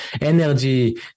energy